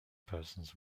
persons